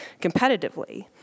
competitively